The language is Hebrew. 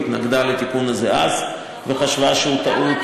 היא התנגדה לתיקון הזה אז וחשבה שהוא טעות.